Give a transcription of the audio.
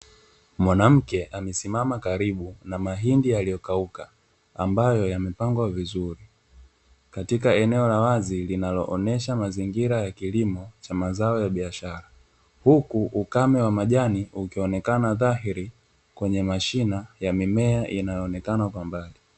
Mwanamke amesimama karibu na mahindi yaliyokauka ambayo yamepangwa vizuri katika eneo la wazi linaloonesha mazingira ya wazi ya kilimo cha mazao ya biashara, huku ukame wa majani ukionesha dhahiri kwenye mashina yanayoonekana kwa mbali.